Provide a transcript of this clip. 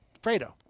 Fredo